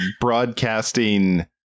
broadcasting